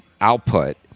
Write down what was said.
Output